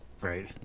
Right